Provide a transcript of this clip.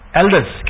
elders